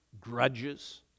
grudges